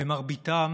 במרביתם